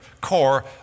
core